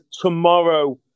tomorrow